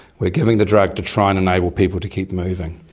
we're giving the drug to try and enable people to keep moving.